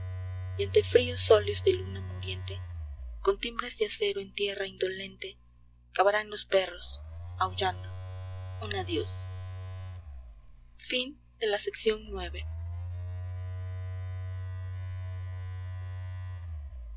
ante fríos óleos de luna muriente con timbres de aceros en tierra indolente cavarán los perros aullando un adiós